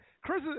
Chris